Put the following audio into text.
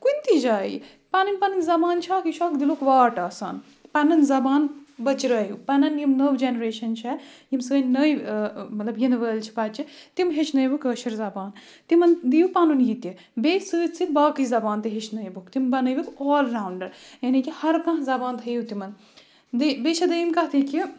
کُنۍ تہِ جایہِ پَنٕنۍ پَنٕنۍ زَبان چھِ اَکھ یہِ چھُ اَکھ دِلُک واٹ آسان پَنُن زَبان بٔچرٲیِو پَنُن یِم نٔو جَنریشَن چھےٚ یِم سٲنۍ نٔوۍ مطلب یِنہٕ وٲلۍ چھِ بَچہٕ تِم ہیٚچھنٲۍ وُکھ کٲشٕر زَبان تِمَن دِیِو پَنُن یہِ تہِ بیٚیہِ سۭتۍ سۭتۍ باقٕے زَبان تہِ ہیٚچھنٲۍ وُکھ تِم بَنٲۍ وُکھ آل راوُنٛڈَر یعنی کہِ ہَرٕ کانٛہہ زَبان تھٲیِو تِمَن بیٚیہِ چھےٚ دٔیِم کَتھ یہِ کہِ